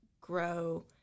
grow